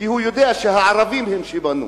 כי הוא יודע שהערבים הם שבנו.